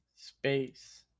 Space